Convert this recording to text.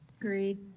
Agreed